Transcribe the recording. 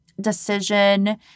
decision